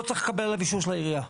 לא צריך לקבל עליו אישור של העירייה,